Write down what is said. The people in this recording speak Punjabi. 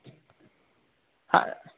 ਹਾਂ